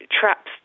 traps